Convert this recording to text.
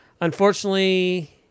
Unfortunately